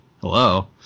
hello